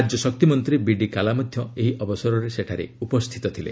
ରାଜ୍ୟ ଶକ୍ତିମନ୍ତ୍ରୀ ବିଡି କାଲା ମଧ୍ୟ ଏହି ଅବସରରେ ସେଠାରେ ଉପସ୍ଥିତ ଥିଲେ